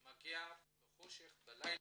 בחושך, בלילה,